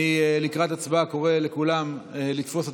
לקראת ההצבעה אני קורא לכולם לתפוס את